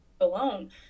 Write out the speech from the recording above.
alone